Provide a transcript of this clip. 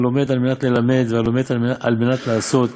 הלומד על מנת ללמד והלומד על מנת לעשות,